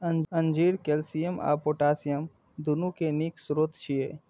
अंजीर कैल्शियम आ पोटेशियम, दुनू के नीक स्रोत छियै